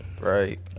right